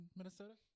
Minnesota